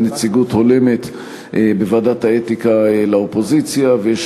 אין נציגות הולמת לאופוזיציה בוועדת האתיקה,